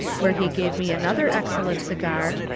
where he gave me another excellent cigar,